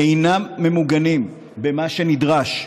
אינם ממוגנים במה שנדרש.